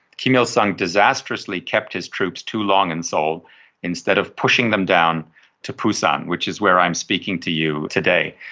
kim il-sung disastrously kept his troops too long in seoul instead of pushing them down to busan, which is where i am speaking to you today.